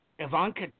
Ivanka